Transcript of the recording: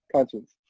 Conscience